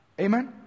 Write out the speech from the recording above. Amen